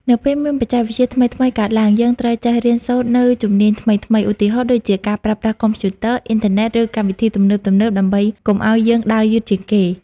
នៅពេលមានបច្ចេកវិទ្យាថ្មីៗកើតឡើង យើងត្រូវចេះរៀនសូត្រនូវជំនាញថ្មីៗ ឧទាហរណ៍ដូចជាការប្រើប្រាស់កុំព្យូទ័រ អ៊ីនធឺណិត ឬកម្មវិធីទំនើបៗ ដើម្បីកុំឱ្យយើងដើរយឺតជាងគេ។